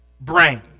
brain